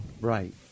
right